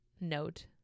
note